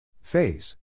Phase